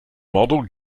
model